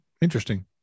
Interesting